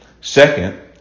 Second